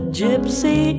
gypsy